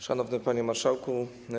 Szanowny Panie Marszałku!